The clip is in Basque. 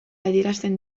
adierazten